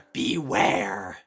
beware